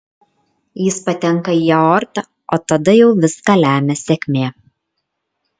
jis patenka į aortą o tada jau viską lemia sėkmė